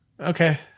okay